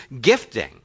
gifting